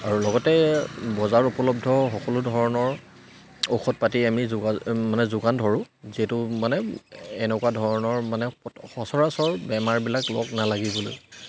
আৰু লগতে বজাৰত উপলব্ধ সকলো ধৰণৰ ঔষধ পাতি আমি যোগাযোগ মানে যোগান ধৰোঁ যিহেতু মানে এনেকুৱা ধৰণৰ মানে সচৰাচৰ বেমাৰবিলাক লগ নালাগিবলৈ